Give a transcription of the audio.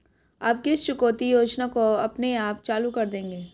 आप किस चुकौती योजना को अपने आप चालू कर देंगे?